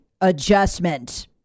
adjustment